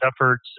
efforts